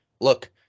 Look